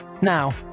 Now